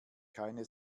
keine